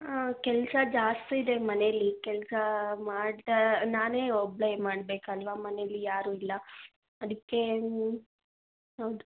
ಕೆಲಸ ಜಾಸ್ತಿ ಇದೆ ಮನೇಲಿ ಕೆಲ್ಸ ಮಾಡ್ತಾ ನಾನೇ ಒಬ್ಬಳೆ ಮಾಡ್ಬೇಕಲ್ವಾ ಮನೇಲಿ ಯಾರು ಇಲ್ಲ ಅದಕ್ಕೆ ಹೌದು